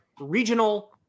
regional